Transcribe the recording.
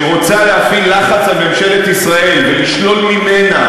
שרוצה להפעיל לחץ על ממשלת ישראל ולשלול ממנה